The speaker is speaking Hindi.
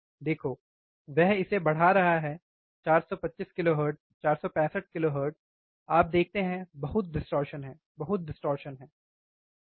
देखो वह इसे बढ़ा रहा है 425 किलोहर्ट्ज़ 465 किलोहर्ट्ज़ आप देखते हैं बहुत डिस्टॉर्शन है बहुत डिस्टॉर्शन है है ना